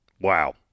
Wow